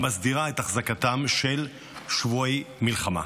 המסדירה את החזקתם של שבויי מלחמה.